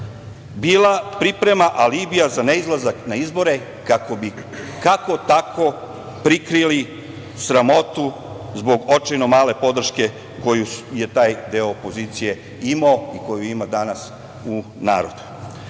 bila priprema alibija za neizlazak na izbore kako bi kako-tako prikrili sramoti zbog očajno male podrške koju je taj deo opozicije imao i koju ima danas u narodu. Taj